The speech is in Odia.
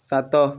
ସାତ